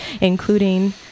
including